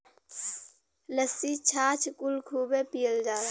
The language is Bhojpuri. लस्सी छाछ कुल खूबे पियल जाला